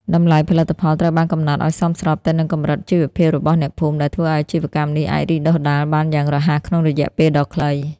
តម្លៃផលិតផលត្រូវបានកំណត់ឱ្យសមស្របទៅនឹងកម្រិតជីវភាពរបស់អ្នកភូមិ ដែលធ្វើឱ្យអាជីវកម្មនេះអាចរីកដុះដាលបានយ៉ាងរហ័សក្នុងរយៈពេលដ៏ខ្លី។